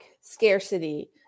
scarcity